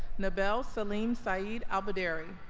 nabeel saleem saad al-bdairi